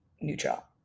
neutral